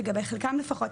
לגבי חלקם לפחות,